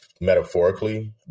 metaphorically